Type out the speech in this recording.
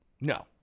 No